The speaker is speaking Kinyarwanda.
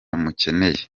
mukeneye